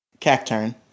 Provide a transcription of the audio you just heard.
Cacturn